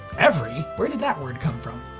every? where did that word come from?